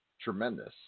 tremendous